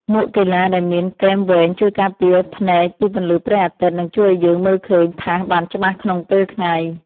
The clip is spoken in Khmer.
មួកកីឡាដែលមានគែមវែងជួយការពារភ្នែកពីពន្លឺព្រះអាទិត្យ និងជួយឱ្យយើងមើលឃើញថាសបានច្បាស់ក្នុងពេលថ្ងៃ។